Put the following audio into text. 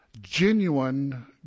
genuine